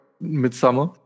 Midsummer